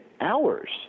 hours